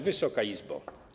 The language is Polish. Wysoka Izbo!